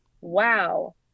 Wow